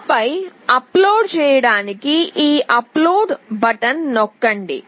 ఆపై అప్లోడ్ చేయడానికి ఈ అప్లోడ్ బటన్ను నొక్కండి